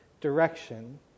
direction